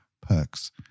perks